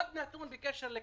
עוד נתון בקשר לקרקעות: